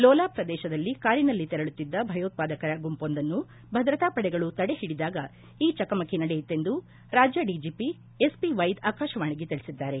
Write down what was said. ಲೋಲಾಬ್ ಪ್ರದೇಶದಲ್ಲಿ ಕಾರಿನಲ್ಲಿ ತೆರಳುತ್ತಿದ್ದ ಭಯೋತ್ವಾದಕರ ಗುಂಪೊಂದನ್ನು ಭದ್ರತಾ ಪಡೆಗಳು ತಡೆಹಿಡಿದಾಗ ಈ ಚಕಮಕಿ ನಡೆಯಿತೆಂದು ರಾಜ್ಯ ಪೊಲೀಸ್ ಮಹಾನಿರ್ದೇಶಕರು ಆಕಾಶವಾಣಿಗೆ ತಿಳಿಸಿದ್ದಾರೆ